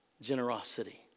Generosity